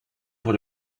pour